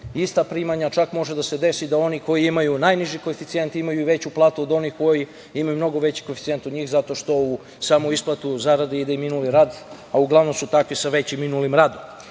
ista primanja, čak može da se desi da oni koji imaju najniži koeficijent imaju i veću platu od onih koji imaju mnogo veći koeficijent od njih zato što u samu isplatu zarade ide i minuli rad, a uglavnom su takvi sa većim minulim radom.